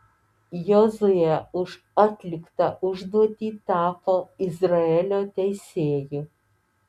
jozuė už atliktą užduotį tapo izraelio teisėju